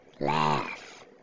Laugh